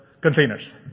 containers